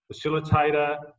facilitator